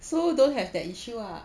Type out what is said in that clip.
so don't have that issue lah